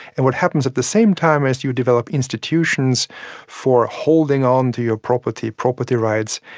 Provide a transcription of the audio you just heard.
and what happens at the same time is you develop institutions for holding on to your property, property rights,